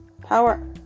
Power